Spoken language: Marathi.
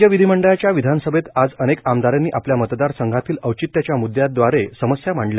राज्य विधीमंडळाच्या विधानसभेत आज अनेक आमदारांनी आपल्या मतदारसंघातील औचित्याच्या मृददयांव्दारे समस्यां मांडल्या